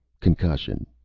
concussion,